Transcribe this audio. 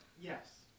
Yes